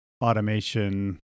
automation